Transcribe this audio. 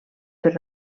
per